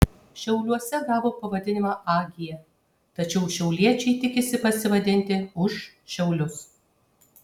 šiauliuose gavo pavadinimą ag tačiau šiauliečiai tikisi pasivadinti už šiaulius